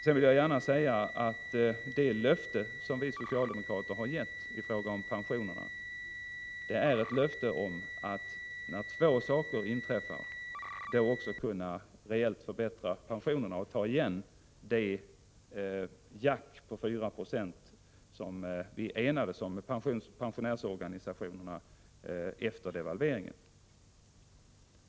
Sedan vill jag gärna säga att det löfte som vi socialdemokrater har givit i fråga om pensionerna är att under två förutsättningar reellt förbättra pensionerna och ta igen den sänkning på 4 26 som vi enades om med pensionärsorganisationerna efter devalveringen.